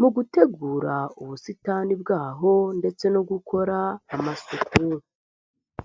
mu gutegura ubusitani bwaho ndetse no gukora amasuku.